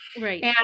Right